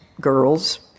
girls